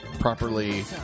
properly